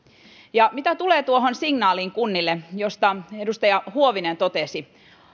mitä tulee tuohon signaaliin kunnille josta edustaja huovinen totesi